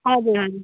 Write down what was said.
हजुर हजुर